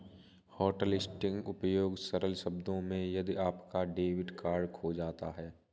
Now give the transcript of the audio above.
hotlisting उपयोग सरल शब्दों में यदि आपका डेबिट कार्ड खो जाता है